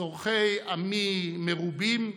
צורכי עמי מרובים,